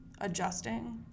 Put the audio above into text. adjusting